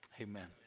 Amen